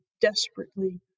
desperately